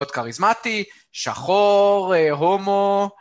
להיות כריזמטי, שחור, הא... הומו.